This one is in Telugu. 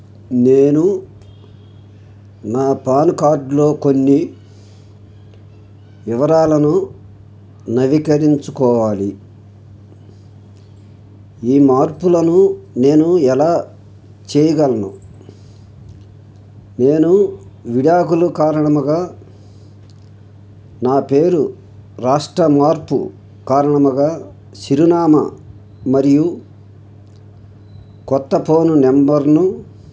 నేను నా పాన్ కార్డ్లో కొన్ని వివరాలను నవీకరించుకోవాలి ఈ మార్పులను నేను ఎలా చేయగలను నేను విడాకులు కారణముగా నా పేరు రాష్ట్ర మార్పు కారణముగా చిరునామా మరియు కొత్త ఫోన్ నెంబర్ను